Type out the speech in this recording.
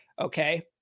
Okay